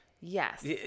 Yes